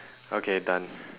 okay done